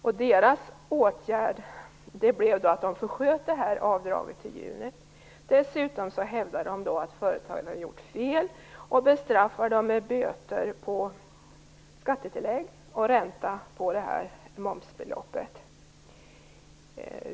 Myndighetens åtgärd blev att förskjuta avdraget till juni. Dessutom hävdar man att företaget har gjort fel och bestraffar företaget med böter på skattetillägg samt ränta på momsbeloppet.